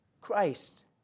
Christ